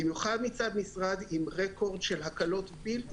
במיוחד מצד משרד עם רקורד של הקלות בלתי